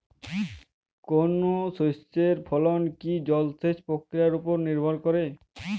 কোনো শস্যের ফলন কি জলসেচ প্রক্রিয়ার ওপর নির্ভর করে?